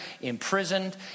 imprisoned